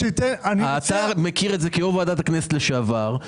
אתה מכיר את זה כיושב-ראש ועדת הכנסת לשעבר,